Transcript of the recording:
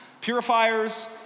purifiers